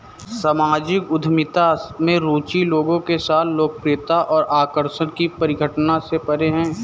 सामाजिक उद्यमिता में रुचि लोगों के साथ लोकप्रियता और आकर्षण की परिघटना से परे है